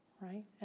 right